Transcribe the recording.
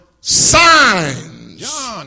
signs